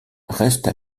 reste